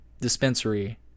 dispensary